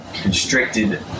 constricted